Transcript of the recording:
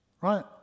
Right